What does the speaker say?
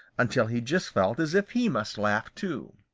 until he just felt as if he must laugh too.